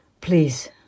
Please